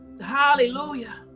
hallelujah